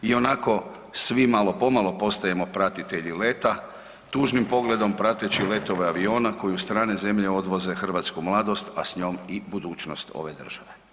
I onako svi malo pomalo postajemo pratitelji leta, tužnim pogledom prateći letove aviona koje u strane zemlje odvoze hrvatsku mladost, a s njom i budućnost ove države.